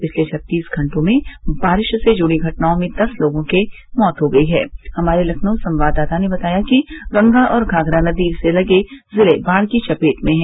पिछले छत्तीस घंटे में बारिश से जुड़ी घटनाओं में दस लोगों की मौत हो गई हैं हमारे लखनऊ संवाददाता ने बताया है कि गंगा और घाघरा नदी से लगे जिले बाढ़ की चपेट में हैं